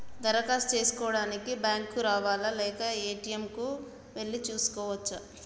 దరఖాస్తు చేసుకోవడానికి బ్యాంక్ కు రావాలా లేక ఏ.టి.ఎమ్ కు వెళ్లి చేసుకోవచ్చా?